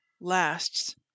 lasts